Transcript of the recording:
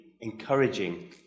encouraging